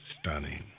stunning